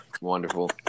Wonderful